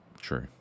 True